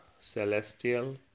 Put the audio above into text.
celestial